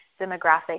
demographic